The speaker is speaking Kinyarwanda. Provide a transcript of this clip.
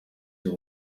what